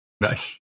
Nice